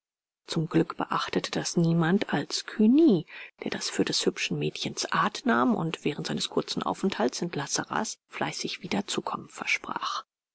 zum glück beachtete das niemand als cugny der das für des hübschen mädchens art nahm und während seines kurzen aufenthalts in la sarraz fleißig wiederzukommen versprach